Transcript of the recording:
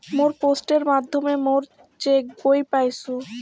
মুই পোস্টের মাধ্যমে মোর চেক বই পাইসু